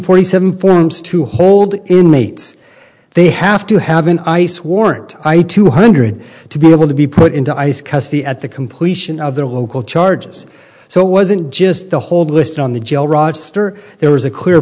forty seven forms to hold inmates they have to have an ice warrant i two hundred to be able to be put into ice custody at the completion of their local charges so it wasn't just the hold list on the jail roster there was a clear